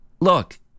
look